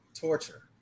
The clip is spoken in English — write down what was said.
torture